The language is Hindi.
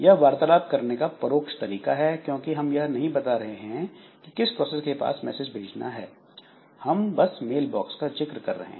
यह वार्तालाप करने का परोक्ष तरीका है क्योंकि हम यह नहीं बता रहे कि हमें किस प्रोसेस के पास मैसेज भेजना है हम बस मेल बॉक्स का जिक्र कर रहे हैं